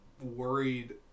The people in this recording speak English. worried